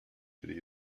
good